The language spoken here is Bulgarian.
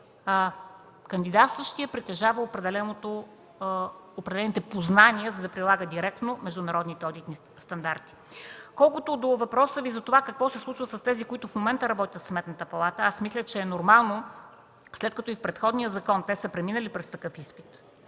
кандидатстващият притежава определените познания, за да прилага директно международните одитни стандарти. Колкото до въпроса Ви какво се случва с тези, които в момента работят в Сметната палата, мисля, че е нормално, след като и в предходния закон са преминали през такъв изпит,